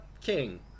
King